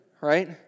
right